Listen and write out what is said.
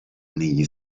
negli